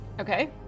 Okay